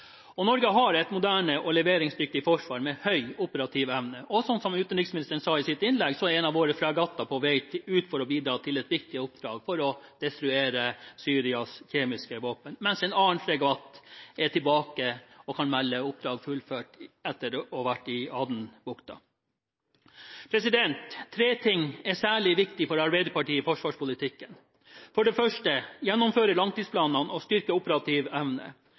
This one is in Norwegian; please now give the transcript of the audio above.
budsjettmessig. Norge har et moderne og leveringsdyktig forsvar med høy operativ evne. Som utenriksministeren sa i sitt innlegg, er en av våre fregatter på vei ut for å bidra til et viktig oppdrag for å destruere Syrias kjemiske våpen, mens en annen fregatt er tilbake og kan melde om fullført oppdrag etter å ha vært i Adenbukta. Tre ting er særlig viktig for Arbeiderpartiet i forsvarspolitikken. For det første: gjennomføre langtidsplanene og styrke operativ evne.